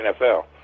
NFL